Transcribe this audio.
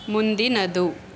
ಮುಂದಿನದು